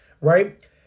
right